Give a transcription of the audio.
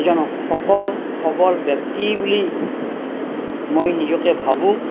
এজন সফল সবল ব্যক্তি বুলি মই নিজকে ভাবোঁ